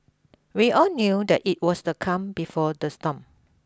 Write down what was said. we all knew that it was the calm before the storm